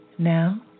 Now